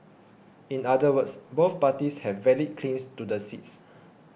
in other words both parties have valid claims to the seats